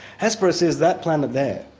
hesperus is that planet there,